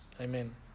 Amen